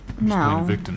no